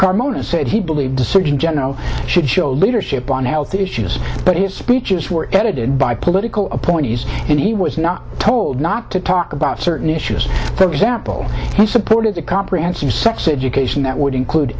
carmona said he believed the surgeon general should show lou the ship on health issues but his speeches were edited by political appointees and he was not told not to talk about certain issues for example he supported a comprehensive sex education that would include